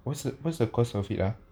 what's the what's the cause of it ah